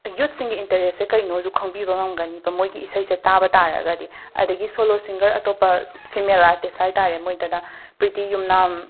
ꯌꯨꯠꯁꯤꯡꯒꯤ ꯏꯟꯇꯔꯦꯁꯁꯦ ꯀꯩꯅꯣꯁꯨ ꯈꯪꯕꯤꯕ ꯉꯝꯒꯅꯤꯕ ꯃꯣꯏꯒꯤ ꯏꯁꯩꯁꯦ ꯇꯥꯕ ꯇꯥꯔꯒꯗꯤ ꯑꯗꯒꯤ ꯁꯣꯂꯣ ꯁꯤꯡꯒꯔ ꯑꯇꯣꯞꯄ ꯐꯤꯃꯦꯜ ꯑꯥꯔꯇꯤꯁ ꯍꯥꯏꯕ ꯇꯥꯔꯦ